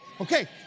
Okay